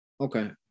Okay